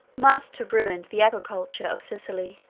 must have ruined the agriculture of sicily